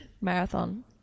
Marathon